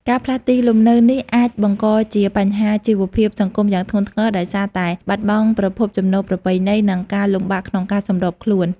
ការផ្លាស់ទីលំនៅនេះអាចបង្កជា បញ្ហាជីវភាពសង្គមយ៉ាងធ្ងន់ធ្ងរ ដោយសារតែ បាត់បង់ប្រភពចំណូលប្រពៃណី និងការលំបាកក្នុងការសម្របខ្លួន។